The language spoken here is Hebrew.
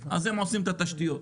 אז הם עושים את התשתיות,